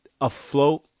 afloat